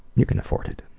you can afford it.